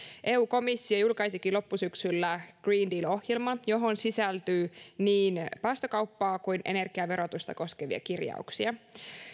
eu komissio julkaisikin loppusyksyllä green deal ohjelman johon sisältyy niin päästökauppaa kuin energian verotusta koskevia kirjauksia